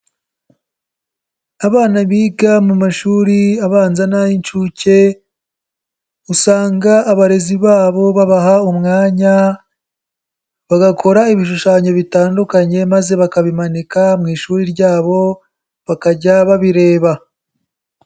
Abana biga mu mashuri abanza n'ay'inshuke, usanga abarezi babo babaha umwanya bagakora ibishushanyo bitandukanye maze bakabimanika mu ishuri ryabo bakajya babireba.